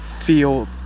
feel